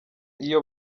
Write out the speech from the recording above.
iyo